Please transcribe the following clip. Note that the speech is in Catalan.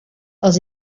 els